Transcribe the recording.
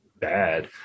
bad